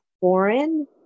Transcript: foreign